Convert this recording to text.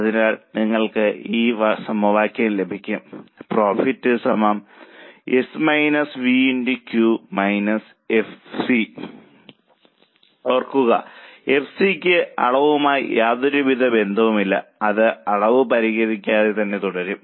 അതിനാൽ നിങ്ങൾക്ക് ഈ സമവാക്യം ലഭിക്കും ലാഭം Q FC ഓർക്കുക എഫ്സിക്ക് അളവുമായി യാതൊരു ബന്ധവുമില്ല അത് അളവ് പരിഗണിക്കാതെ തന്നെ തുടരും